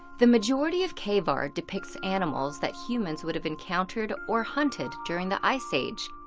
the majority of cave art depicts animals that humans would have encountered or hunted during the ice age,